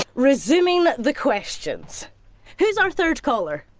resuming the questions who's our third caller?